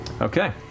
Okay